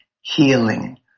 healing